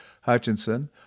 Hutchinson